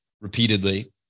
repeatedly